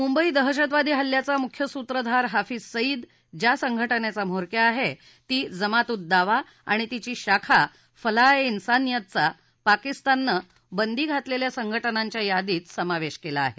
मुंबई दहशतवादी हल्ल्याचा मुख्य सुत्रधार हाफिज सईद ज्या संघटनेचा म्होरक्या आहे ती जमात उद दावा आणि तिची शाखा फलाह ए इन्सानियतचा पाकिस्ताननं बंदी घातलेल्या संघटनेंच्या यादीत समावेश केला आहे